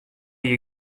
hjir